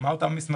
מה זה יהיה?